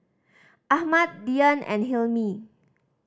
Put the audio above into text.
Ahmad Dian and Hilmi